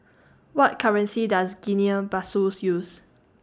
What currency Does Guinea Bissau use